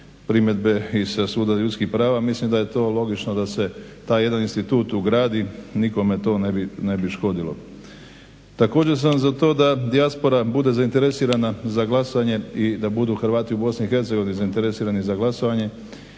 primjedbe i sa Suda ljudskih prava mislim da je to logično da se taj institut ugradi. Nikome to ne bi škodilo. Također sam za to da dijaspora bude zainteresirana za glasanje i da budu Hrvati u BiH zainteresirani za glasovanje.